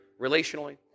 relationally